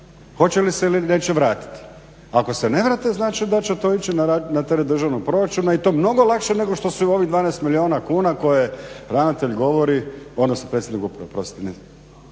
hoće li se ili neće vratiti. Ako se ne vrate, znači da će to ići na teret državnog proračuna i to mnogo lakše nego što su i ovih 12 milijuna kuna koje ravnatelj govori, odnosno predsjednik …/Govornik se ne